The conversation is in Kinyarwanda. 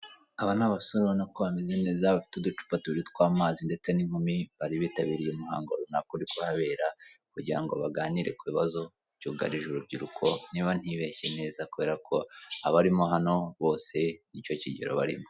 Aba ni abasore urabona ko bameze neza bafite uducupa tubiri tw'amazi ndetse n'inkumi, bari bitabiriye umuhango runaka uri kuhabera, kugira ngo baganire ku bibazo, byugarije urubyiruko niba ntibeshye neza kubera ko, abarimo hano bose ni cyo kigero barimo.